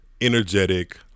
energetic